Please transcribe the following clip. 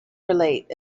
relate